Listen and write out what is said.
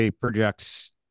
projects